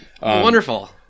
Wonderful